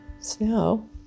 snow